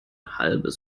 halbes